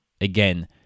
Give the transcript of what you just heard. again